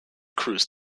crews